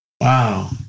Wow